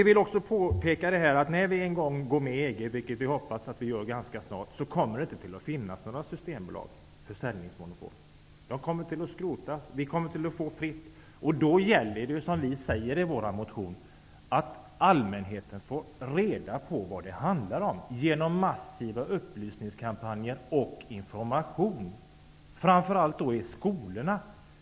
Vi vill också påpeka att när vi en gång går med i EG, vilket vi hoppas att vi gör ganska snart, kommer det inte att finnas några systembolag eller försäljningsmonopol. De kommer att skrotas. Vi kommer att få fri försäljning. Då gäller det, som vi säger i vår motion, att allmänheten får reda på vad det handlar om genom massiva upplysningskampanjer och information, framför allt i skolorna.